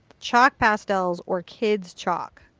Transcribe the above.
chalk pastels, or kids chalk.